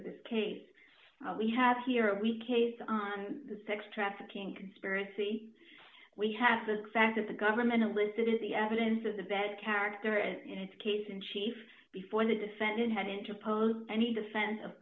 of this case we have here we case on the sex trafficking conspiracy we have the fact that the government elicited the evidence of the bad character and its case in chief before the defendant had interposed any defense of